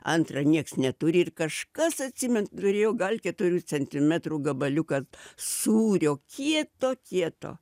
antra nieks neturi ir kažkas atsimenu turėjo gal keturių centimetrų gabaliuką sūrio kieto kieto